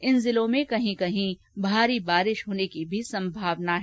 इन जिलों में कहीं कहीं भारी बारिश होने की भी संभावना है